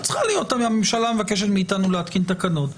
הממשלה מבקשת מאיתנו להתקין תקנות,